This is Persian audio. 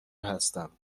هستم